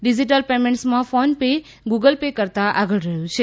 digital પેમેન્ટ્સમાં PhonePe Google Pay કરતાં આગળ રહ્યું છે